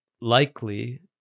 likely